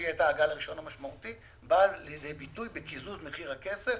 שהיא הייתה הגל הראשון המשמעותי באה לידי ביטוי בקיזוז מחיר הכסף